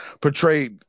portrayed